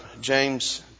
James